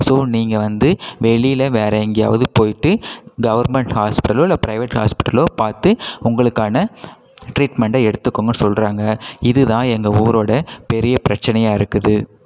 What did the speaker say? so நீங்கள் வந்து வெளியில் வேறு எங்கேயாவது போயிட்டு கவர்மெண்ட் ஹாஸ்பிட்டலோ இல்லை ப்ரைவேட் ஹாஸ்பிட்டலோ பார்த்து உங்களுக்கான ட்ரீட்மெண்டை எடுத்துகோங்கனு சொல்கிறாங்க இது தான் எங்கள் ஊரோடய பெரிய பிரச்சினையா இருக்குது